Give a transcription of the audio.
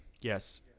Yes